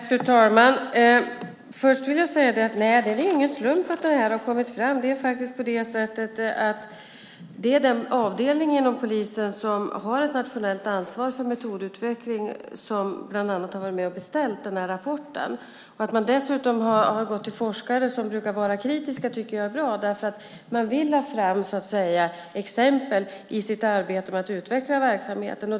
Fru talman! Först vill jag säga att det inte är någon slump att det här har kommit fram. Den avdelning inom polisen som har ett nationellt ansvar för metodutveckling har varit med och beställt den här rapporten. Att man dessutom har gått till forskare som brukar vara kritiska tycker jag är bra, för man vill få fram exempel i sitt arbete med att utveckla verksamheten.